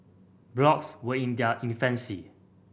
blogs were in their infancy